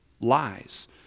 lies